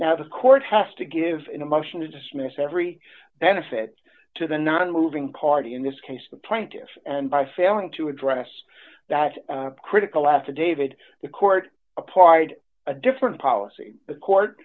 now the court has to give in a motion to dismiss every benefit to the nonmoving party in this case the plaintiffs and by failing to address that critical last to david the court applied a different policy the court